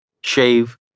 shave